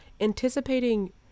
anticipating